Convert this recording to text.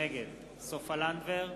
נגד סופה לנדבר,